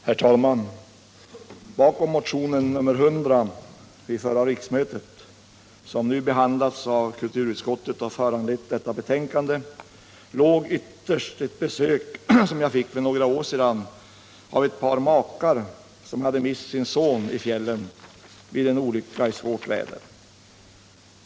Herr talman! Bakom motionen 100 vid förra riksmötet, som nu har behandlats av kulturutskottet och föranlett detta betänkande, låg ytterst ett besök som jag fick för några år sedan av ett par makar som hade mist sin son i fjällen vid en olycka i svårt väder.